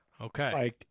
Okay